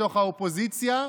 בתוך האופוזיציה,